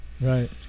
right